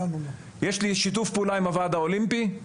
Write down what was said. יש לי שיתוף פעולה עם הוועד האולימפי.